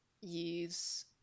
use